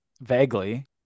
Vaguely